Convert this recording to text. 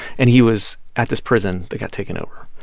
and he was at this prison that got taken over.